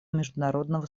международного